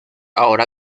ahora